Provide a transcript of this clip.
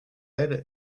apl